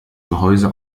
gehäuse